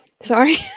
sorry